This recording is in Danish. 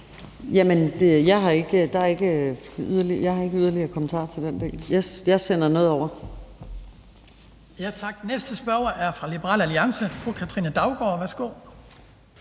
Jeg har ikke yderligere kommentarer til den del. Jeg sender noget over.